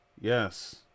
Yes